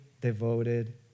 devoted